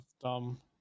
dumb